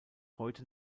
heute